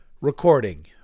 recording